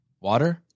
Water